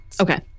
Okay